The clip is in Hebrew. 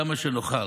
כמה שנוכל.